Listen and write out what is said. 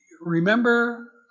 remember